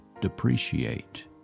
depreciate